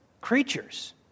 creatures